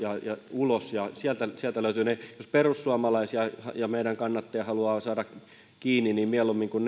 ulos ja sieltä sieltä löytyy ne jos perussuomalaisia ja meidän kannattajiamme haluaa saada kiinni niin mieluummin kuin